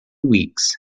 weeks